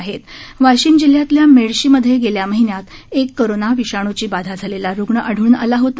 Washim PTC Jeevan Washim जिल्ह्यातल्या मेडशीमध्ये गेल्या महिन्यात एक कोरोना विषाणूची बाधा झालेला रुग्ण आढळून आलेला होता